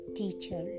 teacher